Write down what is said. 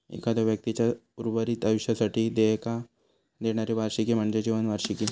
एखाद्यो व्यक्तीचा उर्वरित आयुष्यासाठी देयका देणारी वार्षिकी म्हणजे जीवन वार्षिकी